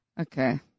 Okay